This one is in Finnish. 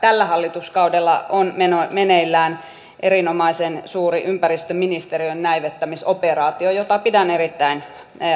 tällä hallituskaudella on meneillään erinomaisen suuri ympäristöministeriön näivettämisoperaatio jota pidän erittäin